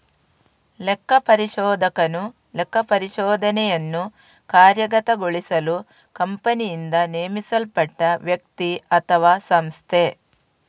ಲೆಕ್ಕಪರಿಶೋಧಕನು ಲೆಕ್ಕಪರಿಶೋಧನೆಯನ್ನು ಕಾರ್ಯಗತಗೊಳಿಸಲು ಕಂಪನಿಯಿಂದ ನೇಮಿಸಲ್ಪಟ್ಟ ವ್ಯಕ್ತಿ ಅಥವಾಸಂಸ್ಥೆ